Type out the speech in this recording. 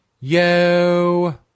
yo